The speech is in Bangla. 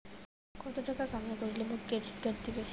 কত টাকা কামাই করিলে মোক ক্রেডিট কার্ড দিবে?